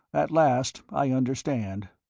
at last i understand.